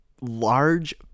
large